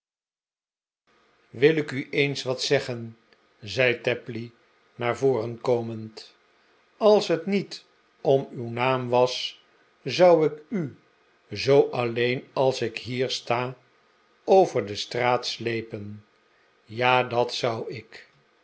wil ik u eens wat zeggen zei tapley naar voren komend als het niet om uw naam was zou ik u zoo alleen als ik hier sta over de straat sleepen ja dat zou ik